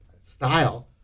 style